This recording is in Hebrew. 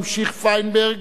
ממשיך פיינברג,